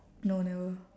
no never